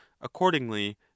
accordingly